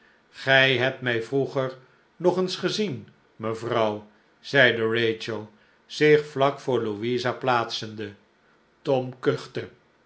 gij hebt mij vroeger nog eens gezien mevrouw zeide rachel zich vlak voor louisa plaatsende tom kuchte